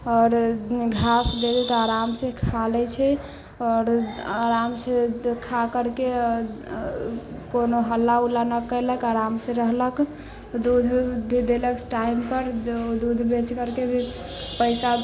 आओर घास दे दियौ तऽ आरामसँ खा लै छै आओर आरामसँ खा करके कोनो हल्ला उल्ला नहि केलक आरामसँ रहलक दूध भी देलक टाइमपर दूध बेच करके भी पैसा